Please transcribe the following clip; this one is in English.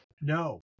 No